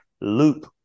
loop